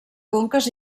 conques